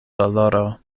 doloro